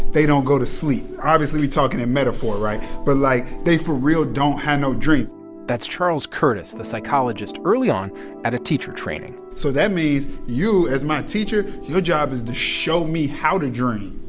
they don't go to sleep. obviously we're talking in metaphor right? but, like, they for real don't have no dreams that's charles curtis, the psychologist, early on at a teacher training so that means you, as my teacher your job is to show me how to dream.